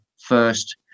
first